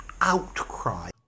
outcry